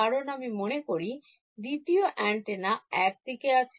কারণ আমি মনে করি দ্বিতীয় অ্যান্টেনা একদিকে আছে